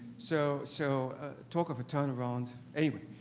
so so talk of a turnaround, anyway.